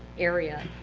area.